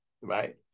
right